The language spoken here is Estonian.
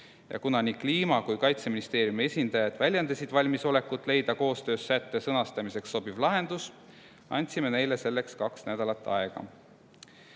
kui ka Kaitseministeeriumi esindajad väljendasid valmisolekut leida koostöös sätte sõnastamiseks sobiv lahendus, andsime neile selleks kaks nädalat aega.